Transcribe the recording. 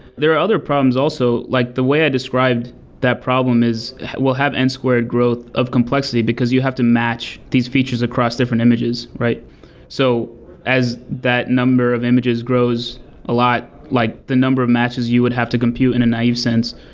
there are other problems also. like the way i described that problem is we'll have n-squared growth of complexity, because you have to match these features across different images. so as that number of images grows a lot, like the number of matches you would have to compute in a naive sense,